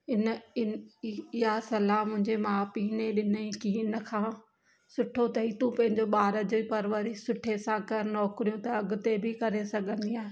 इन इन इ इहा सलाहु मुंहिंजे माउ पीउ ने ॾिनई की इन्हीअ खां सुठो अथई तूं पंहिंजो ॿार जे परवरिश सुठे सां कर नौकिरियूं त अॻिते बि करे सघंदीअं